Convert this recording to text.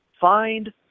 find